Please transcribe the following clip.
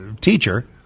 teacher